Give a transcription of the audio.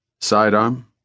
Sidearm